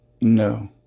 No